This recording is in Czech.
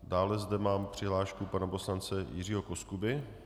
Dále zde mám přihlášku pana poslance Jiřího Koskuby.